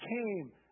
came